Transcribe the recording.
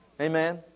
Amen